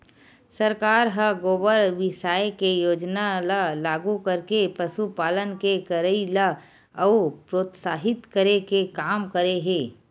सरकार ह गोबर बिसाये के योजना ल लागू करके पसुपालन के करई ल अउ प्रोत्साहित करे के काम करे हे